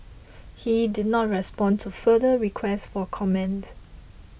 he did not respond to further requests for comment